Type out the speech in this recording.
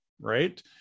right